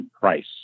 price